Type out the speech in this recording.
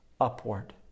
upward